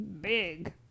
big